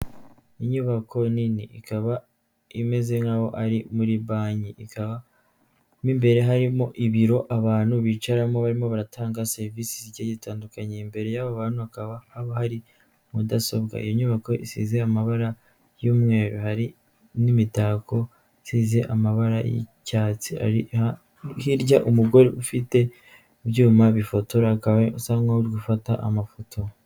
Inyubako nini ikaba imeze nk'aho ari muri banki, ikaba mu imbere harimo ibiro abantu bicaramo barimo baratanga serivisi zigiye zitandukanye, imbere yabo bantu hakaba haba hari mudasobwa, iyo nyubako isize amabara y'umweru hari n'imitako isize amabara y'icyatsi, hirya hari umugore ufite ibyuma bifotora akaba usa nk'aho ari gufata amafoto.